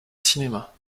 cinéma